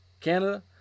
Canada